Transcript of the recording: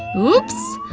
oops!